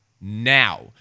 now